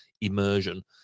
immersion